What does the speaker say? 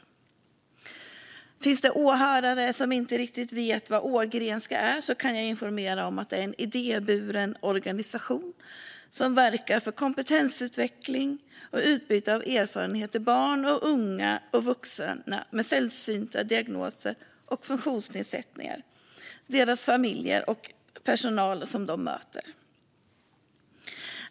Om det finns åhörare som inte riktigt vet vad Ågrenska är kan jag informera om att det är en idéburen organisation som verkar för kompetensutveckling och utbyte av erfarenheter mellan barn, unga och vuxna med sällsynta diagnoser och funktionsnedsättningar, deras familjer och personalen som de möter.